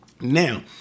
Now